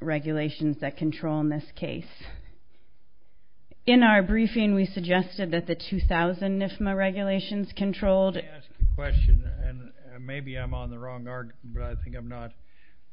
regulations that control in this case in our briefing we suggested that the two thousand if my regulations controlled question maybe i'm on the wrong org